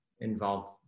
involved